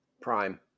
Prime